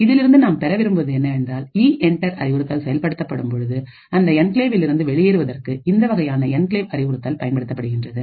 இதிலிருந்து நாம் பெற விரும்புவது என்னவென்றால்இஎன்டர் அறிவுறுத்தல் செயல்படுத்தப்படும் பொழுது அந்த என்கிளேவிலிருந்து வெளியேறுவதற்கு இந்த வகையான என்கிளேவ் அறிவுறுத்தல் பயன்படுத்தப்படுகின்றது